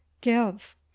give